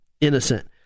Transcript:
Innocent